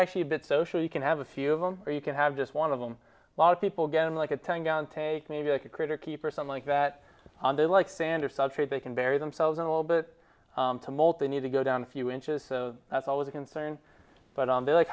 actually a bit social you can have a few of them or you can have just one of them a lot of people get in like a ten gallon tank maybe a critter keeper some like that on they like sand or substrate they can bury themselves in a little bit to molt they need to go down a few inches so that's always a concern but on they like